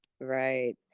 right